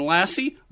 Lassie